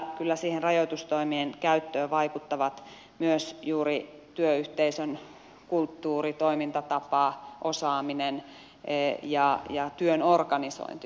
mutta kyllä siihen rajoitustoimien käyttöön vaikuttavat myös juuri työyhteisön kulttuuri toimintatapa osaaminen ja työn organisointi ylipäätään